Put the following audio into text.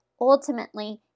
ultimately